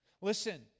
Listen